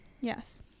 Yes